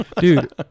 Dude